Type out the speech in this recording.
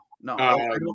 No